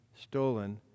stolen